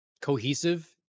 cohesive